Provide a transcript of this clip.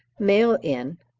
mail in.